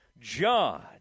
john